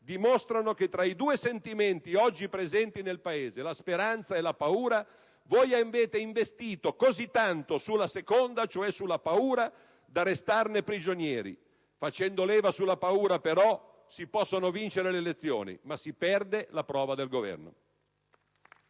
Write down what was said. dimostrano che tra i due sentimenti oggi presenti nel Paese - la speranza e la paura - voi avete investito così tanto sul secondo, cioè sulla paura, da restarne prigionieri: facendo leva sulla paura, però, si possono vincere le elezioni, ma si perde la prova del governo